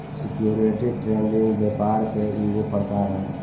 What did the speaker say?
security trading व्यापार के ईगो प्रकार ह